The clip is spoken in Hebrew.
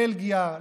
בלגיה.